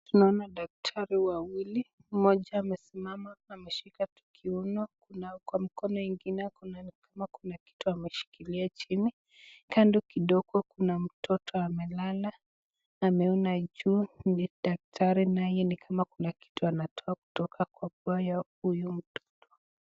Tunaona daktari wawili, mmoja amesimama ameshika kiuno na kwa mkono ingine ako na kitu ameshikilia chini, kando kidogo kuna mtoto mdogo amelala ameona juu, daktari naye ni kama kuna kitu anatoa kwa pua ya huyu mtoto.